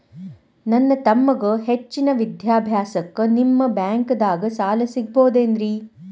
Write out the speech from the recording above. ನನ್ನ ತಮ್ಮಗ ಹೆಚ್ಚಿನ ವಿದ್ಯಾಭ್ಯಾಸಕ್ಕ ನಿಮ್ಮ ಬ್ಯಾಂಕ್ ದಾಗ ಸಾಲ ಸಿಗಬಹುದೇನ್ರಿ?